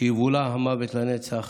שיבולע המוות לנצח